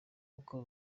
kuko